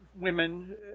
women